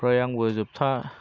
ओमफ्राय आंबो जोबथा